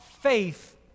faith